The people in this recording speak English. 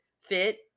fit